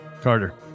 Carter